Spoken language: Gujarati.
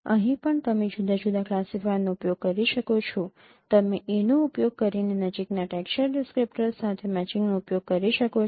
અહીં પણ તમે જુદા જુદા ક્લાસિફાયરનો ઉપયોગ કરી શકો છો તમે a નો ઉપયોગ કરીને નજીકના ટેક્સચર ડિસ્ક્રીપ્ટર્સ સાથે મેચિંગનો ઉપયોગ કરી શકો છો